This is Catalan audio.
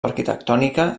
arquitectònica